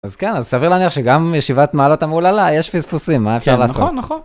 אז כן אז סביר להניח שגם ישיבת מעלות המהוללה יש פספוסים מה אפשר לעשות נכון נכון.